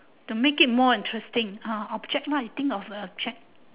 to make it more interesting ah object lah you think of an object